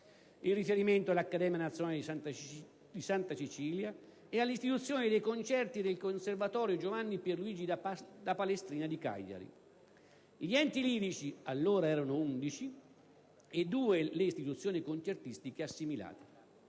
in riferimento all'Accademia nazionale di Santa Cecilia e all'Istituzione dei concerti del Conservatorio Giovanni Pierluigi da Palestrina di Cagliari. Gli enti lirici allora erano 11, mentre le istituzioni concertistiche assimilate